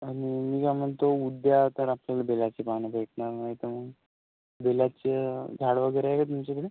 आणि मी काय म्हणतो उद्या तर आपल्याला बेलाची पानं भेटणार नाही तर मग बेलाचं झाडं वगैरे आहे का तुमच्याकडे